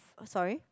sorry